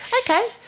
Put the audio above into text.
Okay